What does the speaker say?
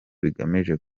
bigamije